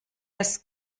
des